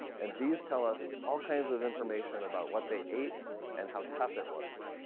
and these tell us all kinds of information about what they ate and how tough it was.